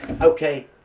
okay